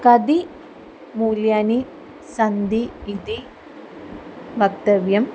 कति मूल्यानि सन्ति इति वक्तव्यम्